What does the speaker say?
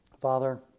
Father